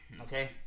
Okay